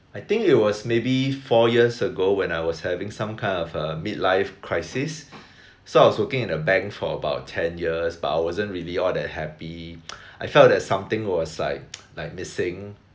I think it was maybe four years ago when I was having some kind of a mid life crisis so I was working in a bank for about ten years but I wasn't really all that happy I felt that something was like like missing